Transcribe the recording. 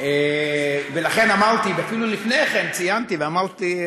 ולכן אמרתי, אפילו לפני כן ציינתי ואמרתי: